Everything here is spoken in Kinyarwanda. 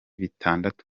bitandatu